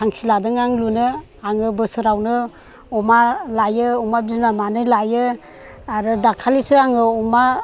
थांखि लादों आं लुनो आङो बोसोरावनो अमा लायो अमा बिमा मानै लायो आरो दाखालिसो आङो अमा